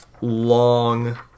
long